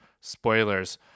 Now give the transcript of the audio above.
spoilers